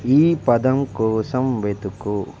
ఈ పదం కోసం వెతుకు